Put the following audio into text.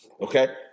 Okay